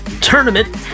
tournament